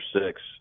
six